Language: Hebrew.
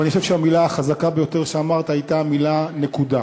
ואני חושב שהמילה החזקה ביותר שאמרת הייתה המילה "נקודה".